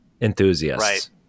enthusiasts